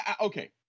okay